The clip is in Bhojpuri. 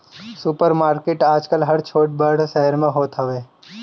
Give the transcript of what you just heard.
सुपर मार्किट आजकल हर छोट बड़ शहर में होत हवे